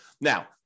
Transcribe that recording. Now